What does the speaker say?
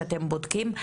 שאתם בודקים?